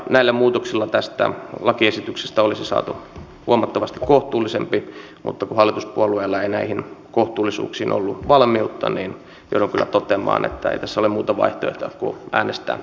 näillä muutoksilla tästä lakiesityksestä olisi saatu huomattavasti kohtuullisempi mutta kun hallituspuolueilla ei näihin kohtuullisuuksiin ollut valmiutta niin joudun kyllä toteamaan että ei tässä ole muuta vaihtoehtoa kuin äänestää hylyn puolesta